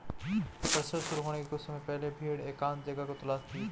प्रसव शुरू होने के कुछ समय पहले भेड़ एकांत जगह को तलाशती है